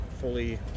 fully